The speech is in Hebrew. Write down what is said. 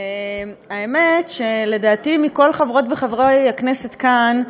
האמת היא שלדעתי, מכל חברות וחברי הכנסת כאן,